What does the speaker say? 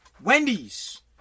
Wendy's